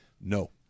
no